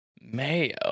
Mayo